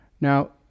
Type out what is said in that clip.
Now